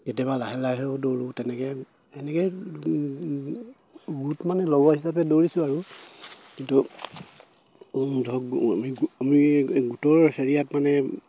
কেতিয়াবা লাহে লাহেও দৌৰোঁ তেনেকে এনেকেই গোট মানে লগৰ হিচাপে দৌৰিছোঁ আৰু কিন্তু ধৰক আমি আমি গোটৰ হেৰিয়াত মানে